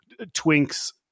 twinks